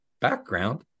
background